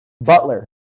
Butler